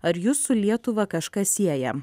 ar jus su lietuva kažkas sieja